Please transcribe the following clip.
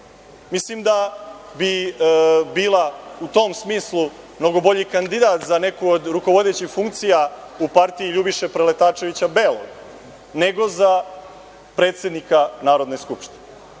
Mislim da bi bila u tom smislu mnogo bolji kandidat za neku od rukovodećih funkcija u partiji Ljubiše Preletačevića Belog, nego za predsednika Narodne skupštine. Dozvolite,